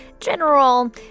general